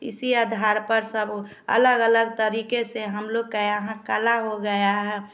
इसी आधार पर सब अलग अलग तरीके से हम लोग के यहाँ कला हो गया है